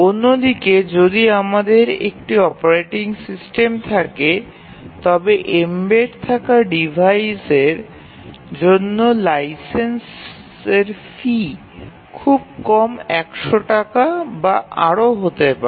অন্যদিকে যদি আমাদের একটি অপারেটিং সিস্টেম থাকে তবে এম্বেড থাকা ডিভাইসের জন্য লাইসেন্সের ফি খুব কম ১০০ টাকা বা আরও হতে পারে